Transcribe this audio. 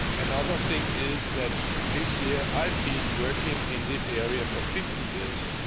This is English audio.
and other thing is that this year i've been working in this area for fifty years,